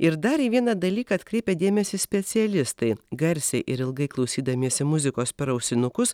ir dar į vieną dalyką atkreipia dėmesį specialistai garsiai ir ilgai klausydamiesi muzikos per ausinukus